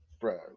bro